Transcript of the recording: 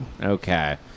Okay